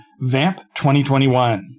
VAMP2021